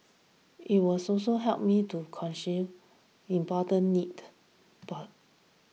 it was also helped me to important need born